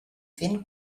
fent